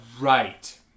Right